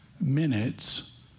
minutes